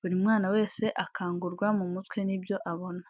Buri mwana wese akangurwa mu mutwe n'ibyo abona.